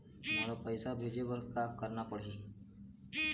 मोला पैसा भेजे बर का करना पड़ही?